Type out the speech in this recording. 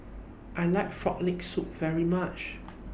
I like Frog Leg Soup very much